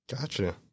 Gotcha